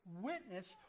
witness